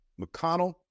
McConnell